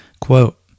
Quote